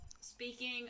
speaking